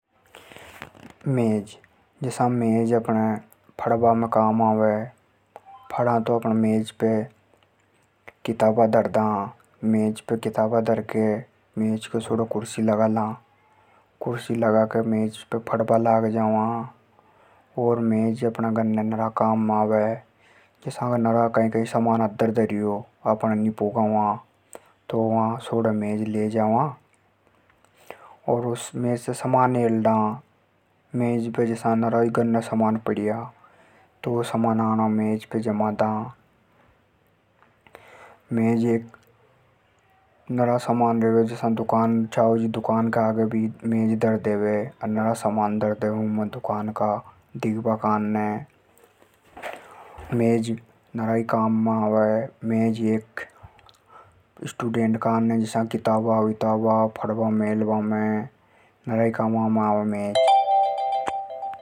मेज जसा मेज अपणे पढबा में काम आवे। पढ़ा तो अपण मेज पे किताबा धरदा। मेज पे किताबा धरके मेज के सोडे कुर्सी लगाला। कुर्सी लगाके मेज पे पढबा लाग जावा और मेज अपणा घरने नरा काम में आवे। जसा कि कई-कई सामान आपणे अद्दर धर्यो अपण नी पुगा वा तो सोडे मेज ले जावा और ऊपे चढ़ र मेज से सामान हेल्डा। मेज पे जसा नरा ही सामान घरने पड्या तो वु सामानाणे मेज पे जमादा। मेज एक नरा सामान रेवे जसा छाव जी दुकान के आगे भी मेज धर देवे आर नरा सामान धर देवे उमे दुकान का दिखबा काने। मेज नरा ही काम में आवे। मेज एक स्टूडेंट काने किताबा विताबा पढबा मेलबा में नरा काम में आवे।